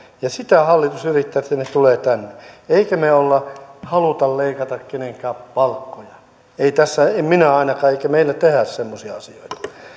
ja sitä hallitus yrittää että ne tulevat tänne emmekä me halua leikata kenenkään palkkoja en minä ainakaan eikä meillä tehdä semmoisia asioita